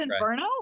inferno